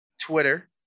Twitter